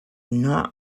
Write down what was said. not